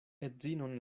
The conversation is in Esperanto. edzinon